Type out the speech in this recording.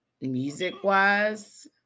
music-wise